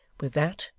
with that,